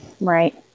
Right